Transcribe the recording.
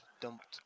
dumped